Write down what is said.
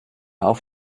auf